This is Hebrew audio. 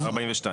הצבעה לא אושר.